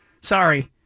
sorry